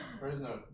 prisoner